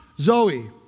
Zoe